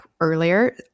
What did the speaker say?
earlier